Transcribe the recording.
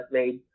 made